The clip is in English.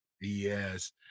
Yes